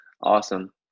Awesome